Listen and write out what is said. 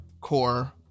core